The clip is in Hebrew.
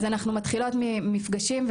אז אנחנו מתחילות ממפגשים.